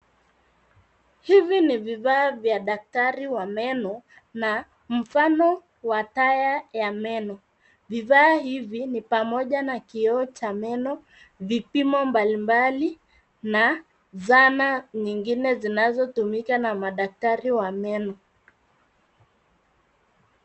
Hivi ni vifaa vya daktari wa meno na mfano wa taya ya meno. Vifaa hivi ni pamoja na kioo cha meno, vipimo mbalimbali na zana nyingine zinazotumika na madaktari wa meno.